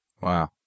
Wow